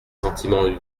sentiments